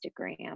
Instagram